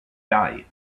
die